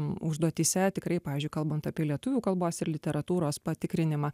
užduotyse tikrai pavyzdžiui kalbant apie lietuvių kalbos ir literatūros patikrinimą